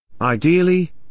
Ideally